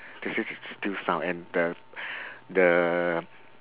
they say s~ s~ still sound and the the